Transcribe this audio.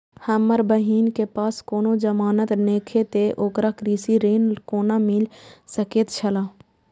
हमर बहिन के पास कोनो जमानत नेखे ते ओकरा कृषि ऋण कोना मिल सकेत छला?